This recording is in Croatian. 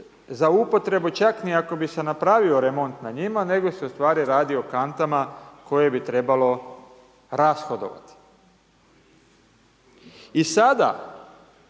za upotrebu čak ni ako bi se napravio remont na njima, nego se u stvari radi o kantama koje bi trebalo rashodovati. I sada,